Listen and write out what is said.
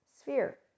sphere